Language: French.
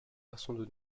garçons